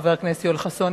חבר הכנסת יואל חסון.